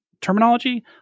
terminology